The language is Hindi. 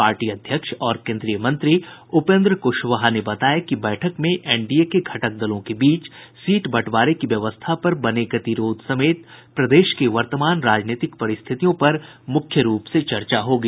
पार्टी अध्यक्ष और केन्द्रीय मंत्री उपेन्द्र कुशवाहा ने बताया कि बैठक में एनडीए के घटक दलों के बीच सीट बंटवारे की व्यवस्था पर बने गतिरोध समेत प्रदेश की वर्तमान राजनीतिक परिस्थितियों पर मुख्य रूप से चर्चा होगी